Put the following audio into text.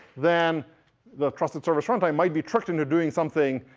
then the trusted service runtime might be tricked into doing something